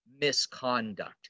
misconduct